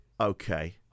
okay